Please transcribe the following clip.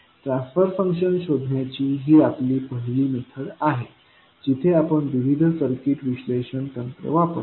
transfer function शोधण्याची ही आपली पहिली मेथड आहे जिथे आपण विविध सर्किट विश्लेषण तंत्र वापरतो